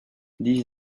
dix